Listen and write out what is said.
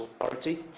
authority